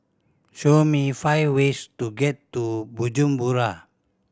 show me five ways to get to Bujumbura